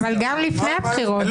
אבל גם לפני הבחירות יש.